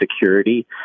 security